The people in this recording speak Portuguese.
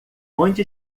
onde